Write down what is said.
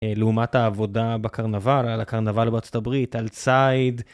לעומת העבודה בקרנבל, על הקרנבל בארה״ב, על ציד.